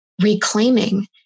reclaiming